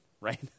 right